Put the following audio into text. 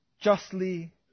justly